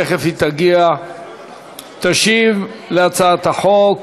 תכף היא תגיע ותשיב להצעת החוק.